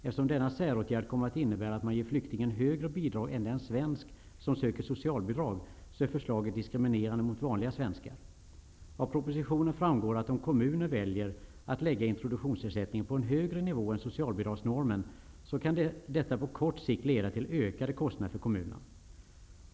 Eftersom denna säråtgärd kommer att innebära att man ger flyktingen högre bidrag än den svensk som söker socialbidrag, är förslaget diskriminerande mot vanliga svenskar. Av propositionen framgår att om kommuner väljer att lägga introduktionsersättningen på en högre nivå än socialbidragsnormen, kan detta på kort sikt leda till ökade kostnader för kommunerna.